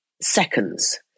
seconds